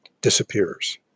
disappears